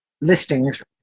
listings